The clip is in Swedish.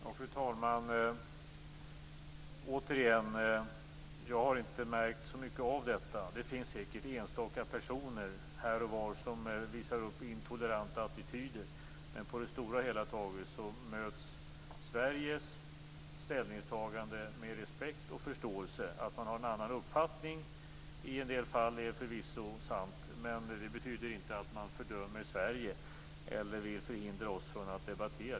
Fru talman! Återigen: Jag har inte märkt så mycket av detta. Det finns säkert enstaka personer här och var som visar upp intoleranta attityder, men på det hela taget möts Sveriges ställningstagande med respekt och förståelse. Att man har en annan uppfattning i en del fall är förvisso sant, men det betyder inte att man fördömer Sverige eller vill förhindra oss från att debattera.